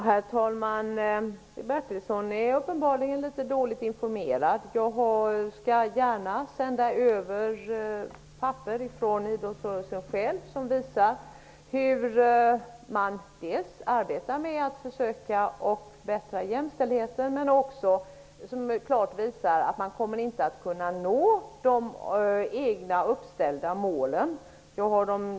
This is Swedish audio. Herr talman! Stig Bertilsson är uppenbarligen dåligt informerad. Jag skall gärna sända över papper till honom från idrottsrörelsen själv som visar dels hur man arbetar med att försöka förbättra jämställdheten, dels att man inte kommer att nå de egna uppställda målen.